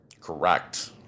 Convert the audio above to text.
Correct